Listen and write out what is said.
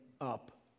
up